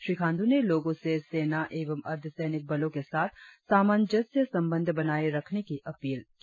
श्री खांडू ने लोगों से सेना एवं अर्धसैनिक बलों के साथ सामंजस्यपूर्ण संबंध बनाए रखने की अपील की